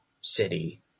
city